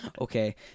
Okay